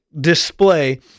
display